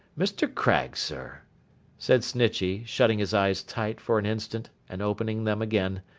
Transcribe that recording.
mr. craggs, sir said snitchey, shutting his eyes tight for an instant, and opening them again,